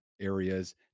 areas